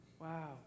Wow